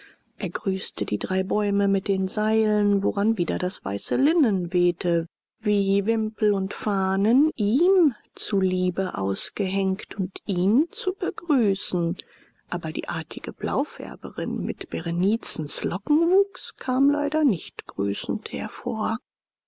er grüßte die drei bäume mit den seilen woran wieder das weiße linnen wehte wie wimpel und fahnen ihm zu liebe ausgehängt und ihn zu begrüßen aber die artige blaufärberin mit berenicens lockenwuchs kam leider nicht grüßend hervor